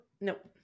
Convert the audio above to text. Nope